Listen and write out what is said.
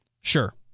Sure